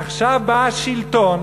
עכשיו בא השלטון,